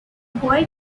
boy